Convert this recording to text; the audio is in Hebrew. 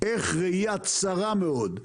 איך ראייה צרה מאוד,